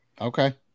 Okay